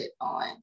on